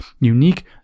unique